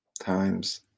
times